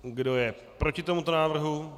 Kdo je proti tomuto návrhu?